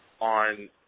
on